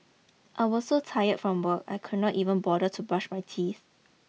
I was so tired from work I could not even bother to brush my teeth